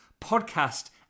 podcast